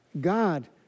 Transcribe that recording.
God